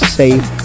safe